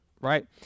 right